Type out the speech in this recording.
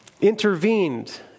intervened